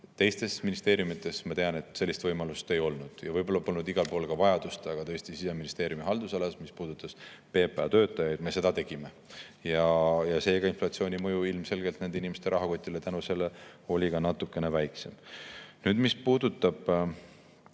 Teistes ministeeriumides, ma tean, sellist võimalust ei olnud. Võib-olla polnud igal pool ka vajadust. Aga tõesti, Siseministeeriumi haldusalas, mis puudutab PPA töötajaid, me seda tegime ja seega oli inflatsiooni mõju ilmselgelt nende inimeste rahakotile tänu sellele natukene väiksem. Nüüd, mis puudutab